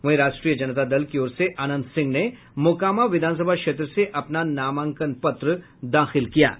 वहीं राष्ट्रीय जनता दल की ओर से अनंत सिंह ने मोकामा विधानसभा क्षेत्र से अपना नामांकन पत्र दाखिल किया है